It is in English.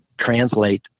translate